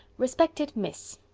respected miss,